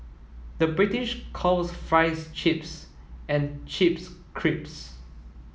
the British calls fries chips and chips creeps